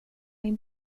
min